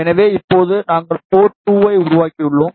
எனவே இப்போது நாங்கள் போர்ட் 2 ஐ உருவாக்கியுள்ளோம்